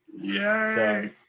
Yay